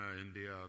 India